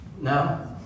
no